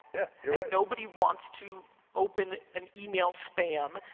yeah yeah nobody wants to open an email spam.